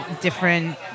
different